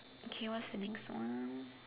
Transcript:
okay what's the next one